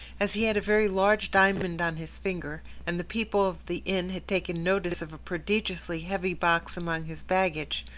as he had a very large diamond on his finger, and the people of the inn had taken notice of a prodigiously heavy box among his baggage,